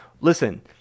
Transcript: Listen